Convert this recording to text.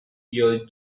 your